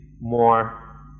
more